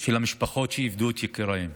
של המשפחות שאיבדו את יקיריהן